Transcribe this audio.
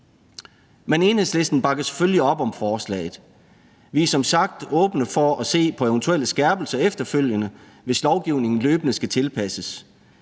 Men Enhedslisten bakker selvfølgelig op om forslaget. Vi er som sagt åbne for at se på eventuelle skærpelser efterfølgende, hvis lovgivningen løbende skal tilpasses.